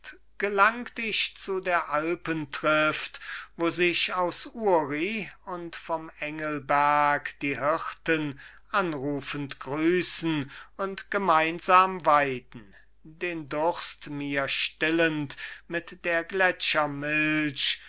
gelangt ich zu der alpentrift wo sich aus uri und vom engelberg die hirten anrufend grüssen und gemeinsam weiden den durst mir stillend mit der gletscher milch